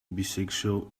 bisexual